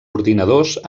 ordinadors